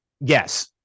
Yes